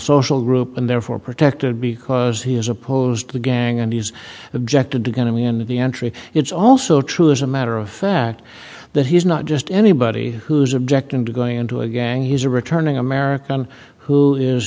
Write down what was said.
social group and therefore protected because he is opposed to the gang and he's objected to going to me in the entry it's also true as a matter of fact that he's not just anybody who's objecting to going into a gang he's a returning american who is